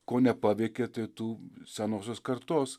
ko nepaveikė tai tų senosios kartos